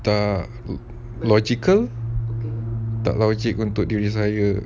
tak logical tak logic untuk diri saya